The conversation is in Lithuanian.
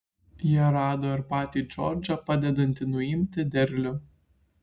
jie rado ir patį džordžą padedantį nuimti derlių